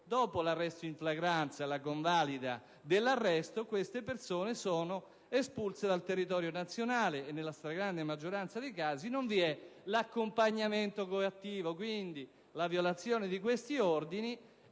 dopo l'arresto in flagranza e la convalida dell'arresto, queste persone sono espulse dal territorio nazionale e, nella stragrande maggioranza dei casi, non vi è l'accompagnamento coattivo. La violazione di questi ordini